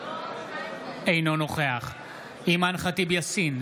אינו נוכח אימאן ח'טיב יאסין,